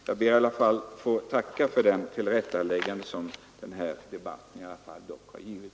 Jag ber att få tacka för det tillrättaläggande som debatten dock har givit.